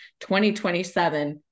2027